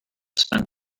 spend